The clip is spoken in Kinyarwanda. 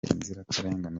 inzirakarengane